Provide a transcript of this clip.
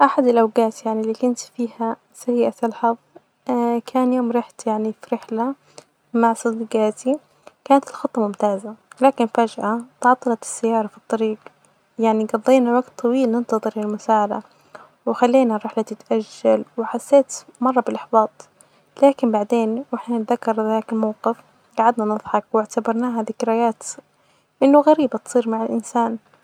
أحد الأوجات يعني اللي كنت فيها سيئة الحظ كان يوم رحت يعني في رحلة مع صديجاتي كانت الخطة ممتازة لكن فجأة تعطلت السيارة في الطريج، قظينا يعني وجت طويل ننتظر المساعدة وخلينا الرحلة تتأجل وحسيت مرة بلإحباط لكن بعدين وإحنا نتذكر كذاك الموقف جعدنا نظحك وأعتبرناها ذكريات أنه غريبة تصير مع الإنسان.